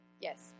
Yes